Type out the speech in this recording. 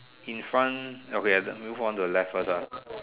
in front okay have to move on to the left first ah